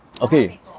Okay